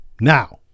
now